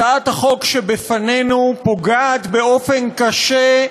הצעת החוק שלפנינו פוגעת באופן קשה,